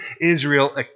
Israel